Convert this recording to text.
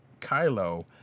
Kylo